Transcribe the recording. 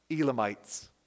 Elamites